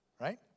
Right